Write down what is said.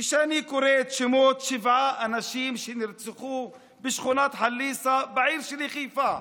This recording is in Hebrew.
כשאני קורא את שמות שבעת האנשים שנרצחו בשכונת חליסה בעיר שלי חיפה,